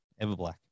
Everblack